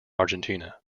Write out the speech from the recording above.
argentina